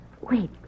Wait